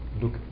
look